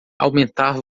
aumentar